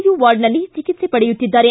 you ವಾರ್ಡ್ನಲ್ಲಿ ಚಿಕಿತ್ಸೆ ಪಡೆಯುತ್ತಿದ್ದಾರೆ